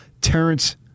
Terrence